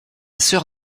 sœur